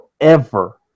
forever